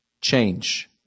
change